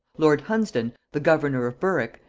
lord hunsdon, the governor of berwick,